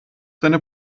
deine